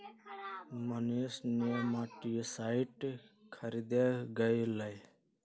Manish nematicide खरीदे गय लय